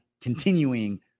continuing